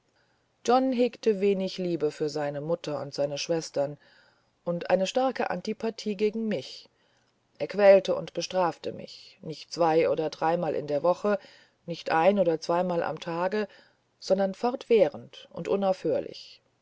john hegte wenig liebe für seine mutter und seine schwestern und eine starke antipathie gegen mich er quälte und bestrafte mich nicht zwei oder dreimal in der woche nicht ein oder zweimal am tage sondern fortwährend und unaufhörlich